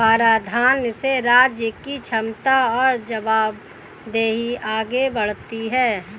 कराधान से राज्य की क्षमता और जवाबदेही आगे बढ़ती है